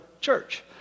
church